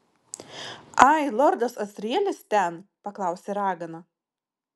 ai lordas asrielis ten paklausė ragana